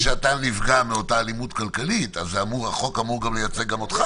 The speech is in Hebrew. שאתה נפגע מאותה אלימות כלכלית אז החוק אמור לייצג גם אותך,